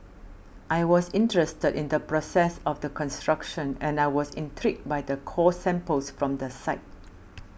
I was interested in the process of the construction and I was intrigued by the core samples from the site